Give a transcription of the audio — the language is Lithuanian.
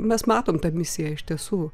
mes matom tą misiją iš tiesų